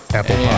Apple